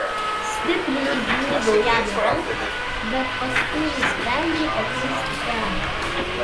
stipriai įgnybiau jam į ranką bet paskui nusprendžiau pakeisti temą